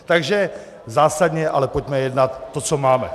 Takže zásadně, ale pojďme jednat to, co máme.